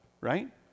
right